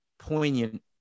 poignant